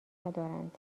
ندارند